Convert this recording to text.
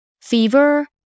fever